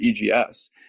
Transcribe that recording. EGS